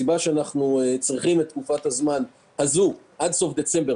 אנחנו צריכים את תקופת הזמן הזו עד סוף דצמבר,